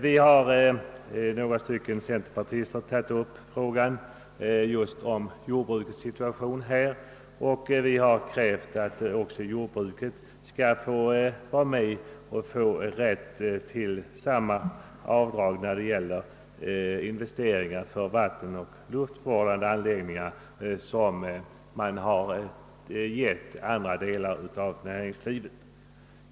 Vi är några stycken centerpartister som har tagit upp frågan om jordbrukets situation i detta avseende. Vi har krävt att jordbruket skall få vara med och beredas rätt till samma avdrag för investeringar för vattenoch luftvårdande anläggningar som man har avsett att ge andra delar av näringslivet.